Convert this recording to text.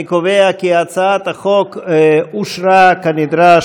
אני קובע כי הצעת חוק אושרה כנדרש